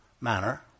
manner